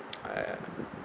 I